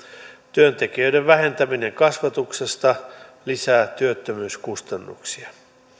työntekijöiden vähentäminen kasvatuksesta lisää työttömyyskustannuksia